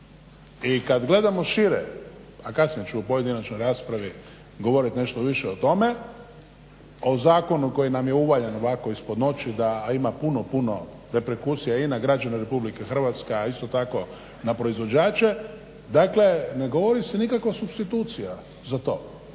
I kad gledamo šire, a kasnije ću u pojedinačnoj raspravi govoriti nešto više o tome, a u zakonu koji nam je uvaljan ovako ispod noći, a ima puno, puno reperkusija i na građane RH, a isto tako na proizvođače. Dakle, ne govori se nikako supstitucija za to,